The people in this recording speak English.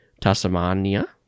Tasmania